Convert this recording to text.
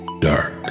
dark